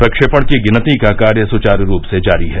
प्रक्षपण की गिनती का कार्य सुचारू रूप से जारी है